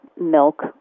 milk